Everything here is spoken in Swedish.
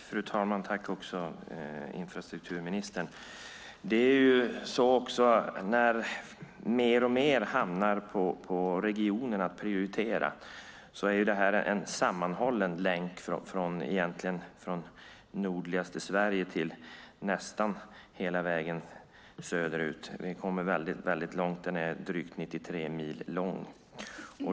Fru talman! Mer och mer hamnar på regionerna när det gäller att prioritera. Det här är en sammanhållen länk som går från nordligaste Sverige och nästan hela vägen söderut. Vi kommer väldigt långt. Den är drygt 93 mil lång.